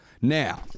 Now